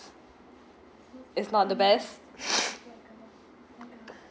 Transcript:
it's not the best